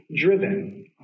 driven